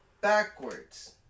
backwards